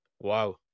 wow